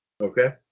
Okay